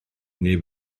neb